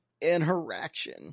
interaction